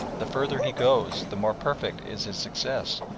the further he goes, the more perfect is his success,